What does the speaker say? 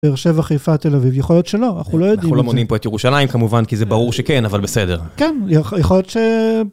באר שבע החיפה תל אביב, יכול להיות שלא, אנחנו לא יודעים. אנחנו לא מונים פה את ירושלים כמובן, כי זה ברור שכן, אבל בסדר. כן, יכול להיות ש...